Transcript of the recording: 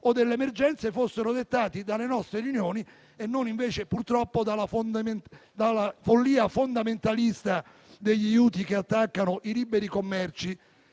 o delle emergenze fossero dettati dalle nostre riunioni e non invece, purtroppo, dalla follia fondamentalista degli Houthi che attaccano i liberi commerci